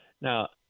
now